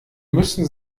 müssen